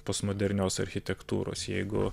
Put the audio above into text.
postmodernios architektūros jeigu